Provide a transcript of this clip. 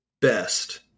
best –